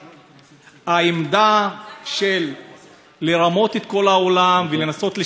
העמדה של לרמות את כל העולם ולנסות לשכנע אותו, את